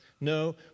No